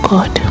God